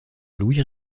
louis